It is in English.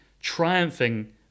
triumphing